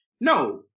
No